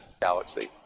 Galaxy